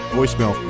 Voicemail